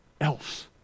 else